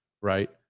right